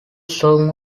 song